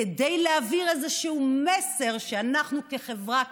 כדי להעביר איזשהו מסר שאנחנו כחברה,